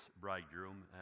bridegroom